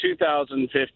2015